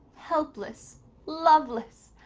helpless, loveless.